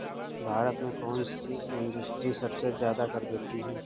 भारत में कौन सी इंडस्ट्री सबसे ज्यादा कर देती है?